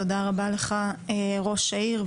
תודה רבה לך, אדוני ראש העיר.